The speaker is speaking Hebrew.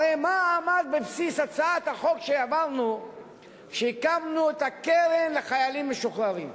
הרי מה עמד בבסיס הצעת החוק שהעברנו כשהקמנו את הקרן לחיילים משוחררים?